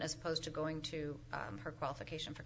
as opposed to going to her qualification for